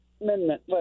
amendment